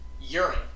Urine